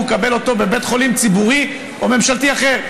לקבל בבית חולים ציבורי או ממשלתי אחר.